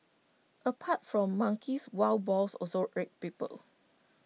apart from monkeys wild boars also irk people